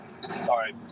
Sorry